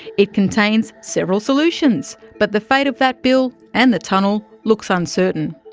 it contains several solutions, but the fate of that bill, and the tunnel, looks uncertain.